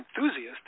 enthusiast